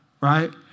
Right